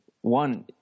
one